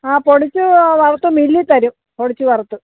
ആ പൊടിച്ച് വറുത്ത് മില്ലിൽ തരും പൊടിച്ച് വറുത്ത്